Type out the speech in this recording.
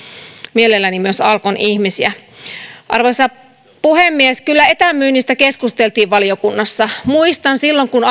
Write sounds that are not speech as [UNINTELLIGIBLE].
mielelläni myös alkon ihmisiä arvoisa puhemies kyllä etämyynnistä keskusteltiin valiokunnassa muistan että silloin kun [UNINTELLIGIBLE]